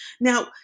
Now